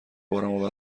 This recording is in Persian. بارمو